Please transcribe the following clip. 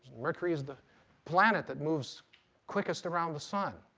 mercury is the planet that moves quickest around the sun.